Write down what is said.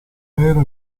vero